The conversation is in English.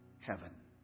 heaven